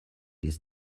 this